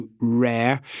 rare